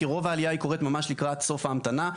כי רוב העלייה קורית ממש לקראת סוף ההמתנה.